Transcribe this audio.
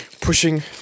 pushing